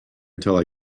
until